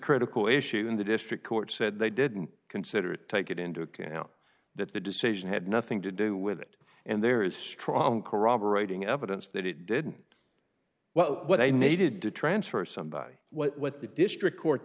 critical issue in the district court said they didn't consider it take it into account that the decision had nothing to do with it and there is strong corroborating evidence that it didn't well what i needed to transfer somebody what the district court